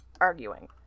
arguing